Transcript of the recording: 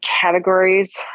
categories